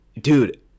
dude